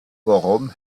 worum